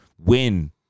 win